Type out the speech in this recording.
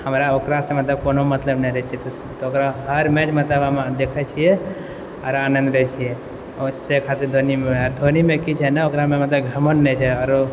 हमरा ओकरासँ मतलब कोनो मतलब नहि रहै छै तऽ ओकरा हर मैच मतलब हम देखै छियै आर आनन्द लै छियै से खातिर धोनीमे धोनीमे की छै ने ओकरा मे मतलब घमण्ड नहि छै आरो